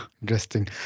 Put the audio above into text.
interesting